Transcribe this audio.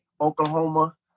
oklahoma